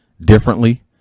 differently